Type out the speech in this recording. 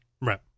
right